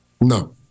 No